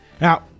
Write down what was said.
Now